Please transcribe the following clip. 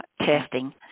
testing